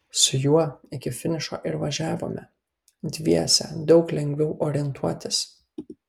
su juo iki finišo ir važiavome dviese daug lengviau orientuotis